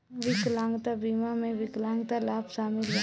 विकलांगता बीमा में विकलांगता लाभ शामिल बा